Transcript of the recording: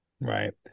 Right